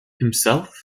himself